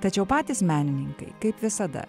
tačiau patys menininkai kaip visada